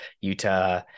Utah